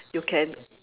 you can